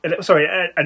sorry